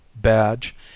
badge